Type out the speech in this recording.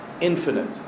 infinite